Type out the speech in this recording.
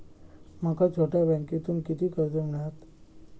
माका छोट्या बँकेतून किती कर्ज मिळात?